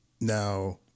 Now